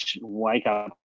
wake-up